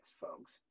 folks